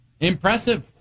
Impressive